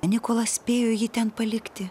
nikolas spėjo ji ten palikti